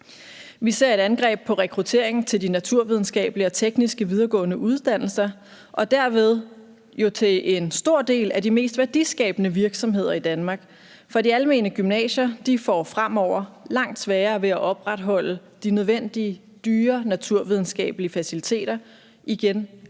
Vi ser et angreb på rekrutteringen til de naturvidenskabelige og tekniske videregående uddannelser og derved jo også i forhold til en stor del af de mest værdiskabende virksomheder i Danmark. For de almene gymnasier får fremover langt sværere ved at opretholde de nødvendige dyre naturvidenskabelige faciliteter, og igen